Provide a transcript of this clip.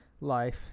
life